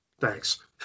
Thanks